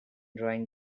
drawing